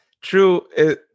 true